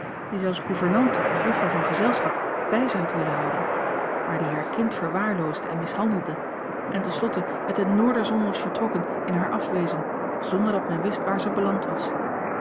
die zij als gouvernante of juffrouw van gezelschap bij zich had willen houden maar die haar kind verwaarloosde en mishandelde en ten slotte met de noorderzon was vertrokken in haar afwezen zonder dat men wist waar ze beland was